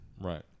Right